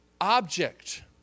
object